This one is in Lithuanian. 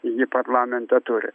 ji parlamente turi